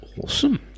Awesome